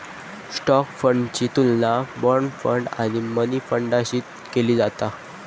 stock फंडाची तुलना bond fund आणि मनी फंडाशी केली जाता